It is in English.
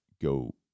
go